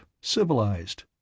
civilized